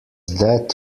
that